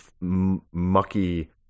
mucky